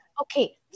Okay